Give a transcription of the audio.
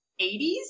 80s